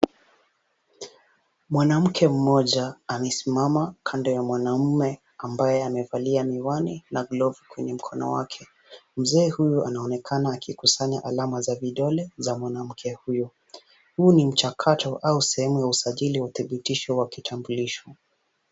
Mwanamke mmoja amesimama kando ya mwanaume ambaye amevalia miwani na glavu kwenye mkono wake. Mzee huyu anaonekana akikusanya alama za vidole za mwanamke huyo. Huu ni mchakato au sehemu ya usajili wa udhibitisho wa kitambulisho.